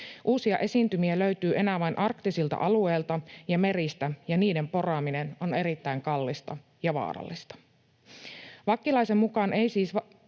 Uusia esiintymiä löytyy enää vain arktisilta alueilta ja meristä, ja niiden poraaminen on erittäin kallista ja vaarallista. Vakkilaisen mukaan öljy ei siis